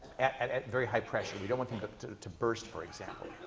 at at very high pressure. you don't want them but to to burst, for example.